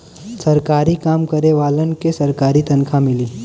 सरकारी काम करे वालन के सरकारी तनखा मिली